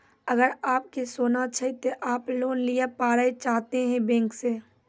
अगर आप के सोना छै ते आप लोन लिए पारे चाहते हैं बैंक से?